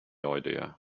idea